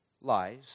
lies